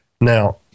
Now